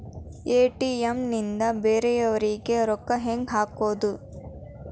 ATM ನಿಂದ ಬೇರೆಯವರಿಗೆ ರೊಕ್ಕ ಹೆಂಗ್ ಹಾಕೋದು?